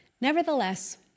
nevertheless